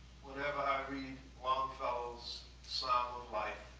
whenever i read longfellow's psalm of life